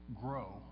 grow